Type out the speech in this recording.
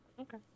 Okay